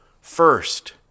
First